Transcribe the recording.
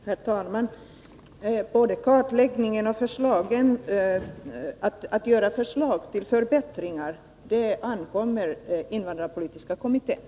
Herr talman! Det ankommer på invandrarpolitiska kommittén både att utföra kartläggningen och att göra upp förslag till förbättringar.